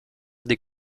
des